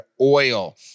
Oil